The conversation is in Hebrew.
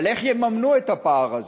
אבל איך יממנו את הפער הזה?